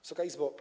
Wysoka Izbo!